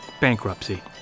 Bankruptcy